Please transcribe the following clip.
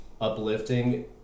uplifting